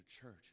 church